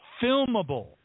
filmable